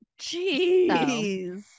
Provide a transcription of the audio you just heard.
Jeez